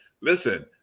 listen